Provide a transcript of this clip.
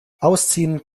ausziehen